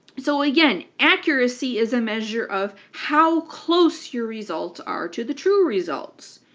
so again, accuracy is a measure of how close your results are to the true results.